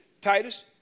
Titus